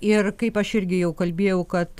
ir kaip aš irgi jau kalbėjau kad